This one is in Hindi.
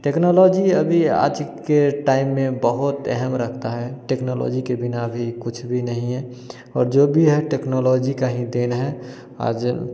टेक्नोलॉजी अभी आज के टाइम में बहुत अहम् रखता है टेक्नोलॉजी के बिना भी कुछ भी नहीं है और जो भी टेक्नोलॉजी की ही देन है आज